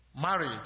Marriage